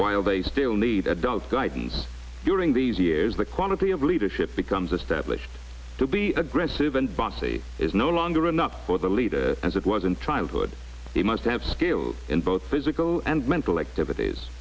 while they still need adult guidance during these years the quality of leadership becomes established to be aggressive and bouncy is no longer enough for the leader as it was in trials good they must have skill in both physical and mental activities